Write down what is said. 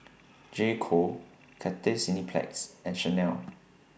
J Co Cathay Cineplex and Chanel